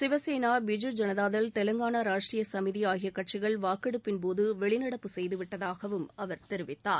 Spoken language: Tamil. சிவசேனா பிஜு ஜனதா தள் தெலங்கானா ராஷ்ட்ரீய சமிதி ஆகிய கட்சிகள் வாக்கெடுப்பின்போது வெளிநடப்பு செய்துவிட்டதாகவும் அவர் தெரிவித்தார்